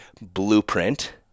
blueprint